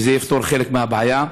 וזה יפתור חלק מהבעיה.